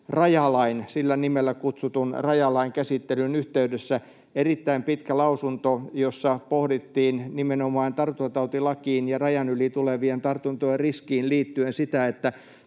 rajalain, sillä nimellä kutsutun, käsittelyn yhteydessä erittäin pitkä lausunto, jossa pohdittiin nimenomaan tartuntatautilakiin ja rajan yli tulevien tartuntojen riskiin liittyen sitä, että